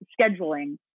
scheduling